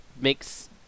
makes